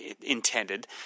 Intended